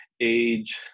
age